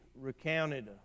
recounted